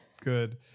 Good